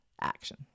action